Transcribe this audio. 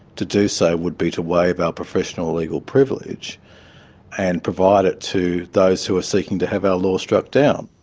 to do so would be to waive our professional legal privilege and provide it to those who are seeking to have our law struck down.